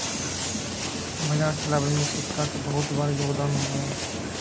बाजार चलावे में सिक्का के बहुत बार योगदान होबा हई